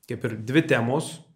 kaip ir dvi temos